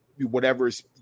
Whatever's